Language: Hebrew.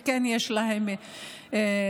וכן יש להם תמיכה.